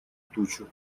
тучу